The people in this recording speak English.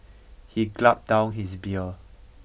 he gulped down his beer